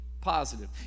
positive